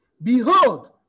Behold